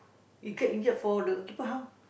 if get injured for the people how